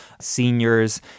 seniors